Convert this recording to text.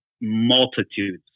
multitudes